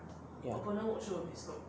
ya